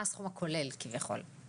מה הסכום הכולל, כביכול.